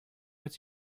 its